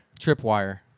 Tripwire